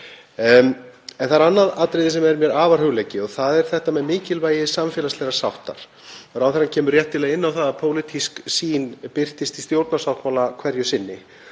En það er annað atriði sem er mér afar hugleikið og það er mikilvægi samfélagslegrar sáttar. Ráðherra kemur réttilega inn á það að pólitísk sýn birtist í stjórnarsáttmála hverju sinni.